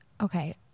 Okay